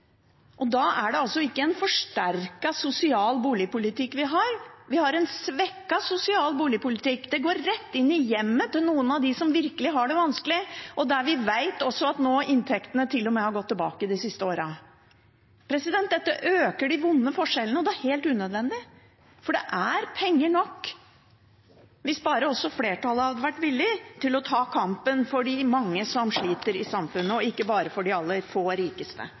greip. Da er det ikke en forsterket sosial boligpolitikk vi har, vi har en svekket sosial boligpolitikk. Det går rett inn i hjemmet til noen av dem som virkelig har det vanskelig, og der vi også vet at inntektene til og med har gått tilbake de siste årene. Dette øker de vonde forskjellene. Det er helt unødvendig, for det er penger nok hvis bare også flertallet hadde vært villig til å ta kampen for de mange som sliter i samfunnet, og ikke bare for de få aller rikeste.